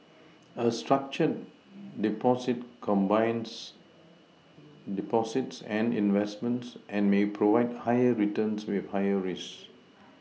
a structured Deposit combines Deposits and investments and may provide higher returns with higher risks